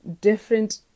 different